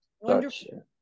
Wonderful